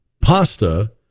pasta